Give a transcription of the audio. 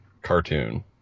cartoon